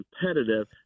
competitive